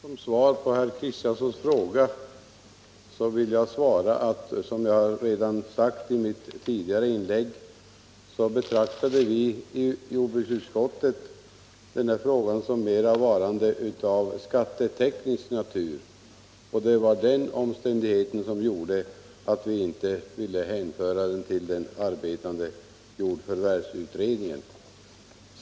Herr talman! På herr Kristianssons fråga vill jag svara att, som jag redan sagt i mitt tidigare inlägg, vi i jordbruksutskottet betraktade denna fråga mera såsom varande av skatteteknisk natur. Det var den omständigheten som gjorde att vi inte ville hänvisa motionen till den arbetande jordförvärvslagutredningen.